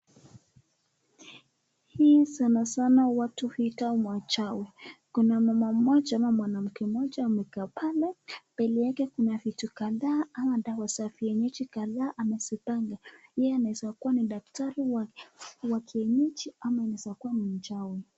Hii sana sana watu huita wachawi. Kuna mama mmoja na mwanamke mmoja wamekaa pale. Mbele yake kuna vitu kadhaa ama dawa za vienyeji kadhaa amezipanga. Yeye anaeza kuwa ni daktari wa kienyeji ama anaeza kuwa ni mchawi.